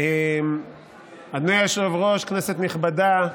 אדוני היושב-ראש, כנסת נכבדה,